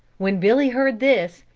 when billy heard this,